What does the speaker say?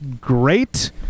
great